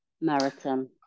Marathon